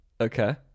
Okay